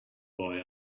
boy